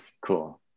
cool